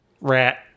rat